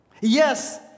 Yes